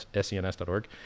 SENS.org